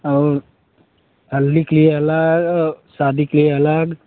और हल्डी के लिए अलग शादी के लिए अलग